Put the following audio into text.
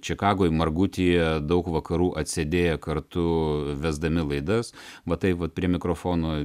čikagoj margutyje daug vakarų atsėdėję kartu vesdami laidas matai vat prie mikrofono